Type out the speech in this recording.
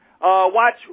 watch